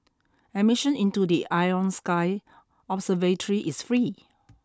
admission into the Ion Sky observatory is free